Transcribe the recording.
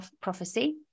prophecy